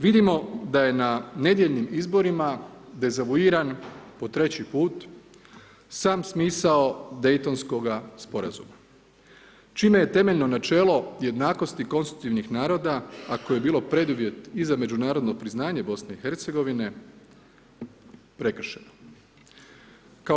Vidimo da je na nedjeljnim izborima dezavuiran po treći put sam smisao Daytonskoga sporazuma čime je temeljno načelo jednakosti konstitutivnih naroda a koji je bilo i preduvjet i za međunarodno priznanje BiH-a, prekršeno.